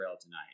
tonight